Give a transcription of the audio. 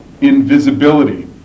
invisibility